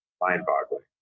mind-boggling